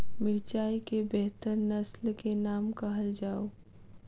मिर्चाई केँ बेहतर नस्ल केँ नाम कहल जाउ?